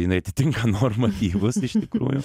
jinai atitinka normatyvus iš tikrųjų